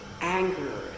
anger